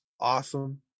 awesome